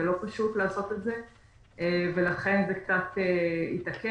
זה לא פשוט לעשות את זה ולכן זה קצת התעכב.